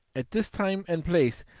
at this time and place,